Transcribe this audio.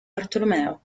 bartolomeo